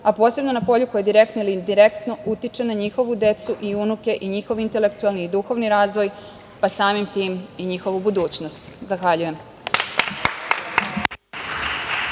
a posebno na polju koje direktno ili indirektno utiče na njihovu decu i unuke i njihov intelektualni i duhovni razvoj, pa samim tim i njihovu budućnost. Zahvaljujem.